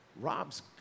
Rob's